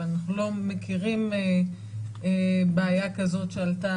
אבל אנחנו לא מכירים בעיה כזאת שעלתה,